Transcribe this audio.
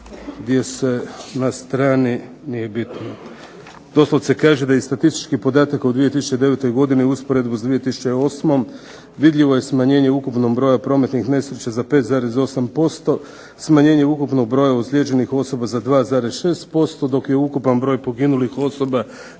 gdje se na strani nije bitno doslovce kaže da iz statističkih podataka u 2009. godini u usporedbi s 2008. vidljivo je smanjenje ukupnog broja prometnih nesreća za 5,8%, smanjenje ukupnog broja ozlijeđenih osoba za 2,6% dok je ukupan broj poginulih osoba